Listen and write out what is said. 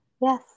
Yes